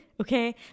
okay